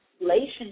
relationship